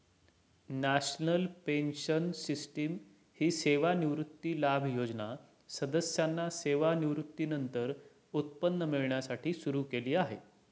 national pension system ही सेवानिवृत्ती लाभ योजना सदस्यांना सेवानिवृत्तीनंतर उत्पन्न मिळण्यासाठी सुरू केली आहे